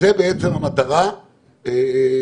בעצם, זו המטרה שלנו.